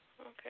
Okay